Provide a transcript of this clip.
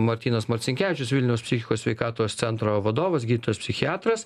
martynas marcinkevičius vilniaus psichikos sveikatos centro vadovas gydytojas psichiatras